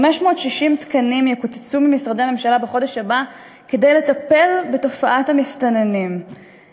560 תקנים יקוצצו ממשרדי הממשלה בחודש הבא כדי לטפל בתופעת המסתננים,